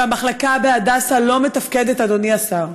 והמחלקה בהדסה לא מתפקדת, אדוני השר.